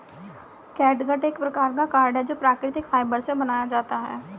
catgut एक प्रकार का कॉर्ड है जो प्राकृतिक फाइबर से बनाया जाता है